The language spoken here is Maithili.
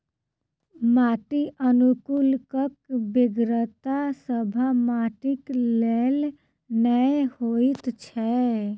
माटि अनुकुलकक बेगरता सभ माटिक लेल नै होइत छै